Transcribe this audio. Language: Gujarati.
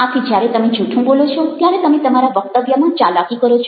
આથી જ્યારે તમે જુઠ્ઠું બોલો છો ત્યારે તમે તમારા વક્તવ્યમાં ચાલાકી કરો છો